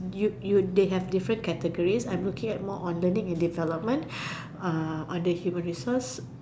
you you they have different categories I'm looking at more on learning and development uh on the human resource